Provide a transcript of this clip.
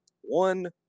one